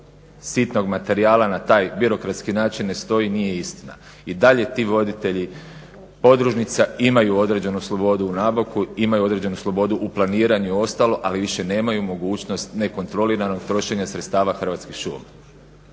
sitnog materijala na taj birokratski način ne stoji, nije istina. I dalje ti voditelji podružnica imaju određenu slobodu u nabavku, imaju određenu slobodu u planiranju i ostalo, ali više nemaju mogućnost nekontroliranog trošenja sredstava Hrvatskih šuma.